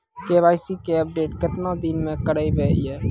KYC update केतना दिन मे करेबे यो?